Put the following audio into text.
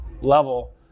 level